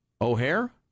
O'Hare